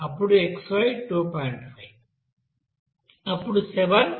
అప్పుడు xy 2